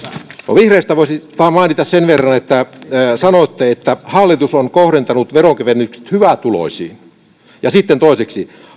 vihreistä voisin mainita sen verran että sanoitte että hallitus on kohdentanut veronkevennykset hyvätuloisiin ja sitten toiseksi